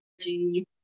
energy